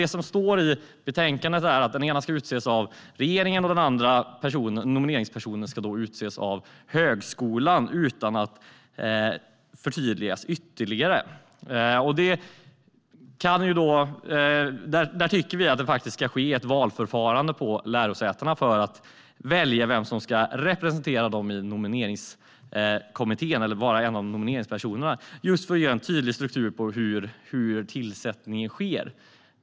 Det står i betänkandet att den ena nomineringspersonen ska utses av regeringen och den andra av högskolan, utan att det hela förtydligas ytterligare. Vi tycker att det ska ske ett valförfarande på lärosätena för att välja vem som ska representera dem i nomineringskommittén eller vara en av nomineringspersonerna - detta just för att ge en tydlig struktur för hur tillsättningen sker.